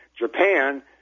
Japan